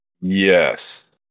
Yes